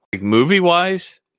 Movie-wise